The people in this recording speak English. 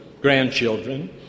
grandchildren